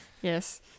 Yes